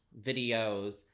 videos